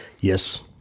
Yes